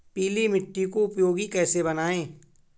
पीली मिट्टी को उपयोगी कैसे बनाएँ?